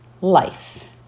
life